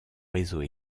réseau